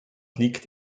liegt